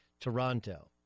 Toronto